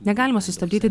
negalima sustabdyti